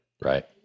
Right